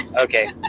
Okay